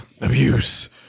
Abuse